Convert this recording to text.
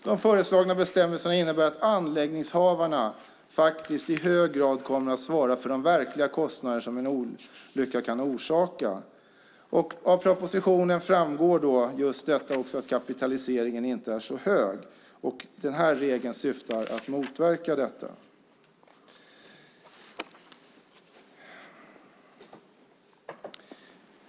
De föreslagna bestämmelserna innebär att anläggningshavarna faktiskt i hög grad kommer att svara för de verkliga kostnader som en olycka kan orsaka. Av propositionen framgår just detta att kapitaliseringen inte är så hög. Den här regeln syftar till att motverka detta.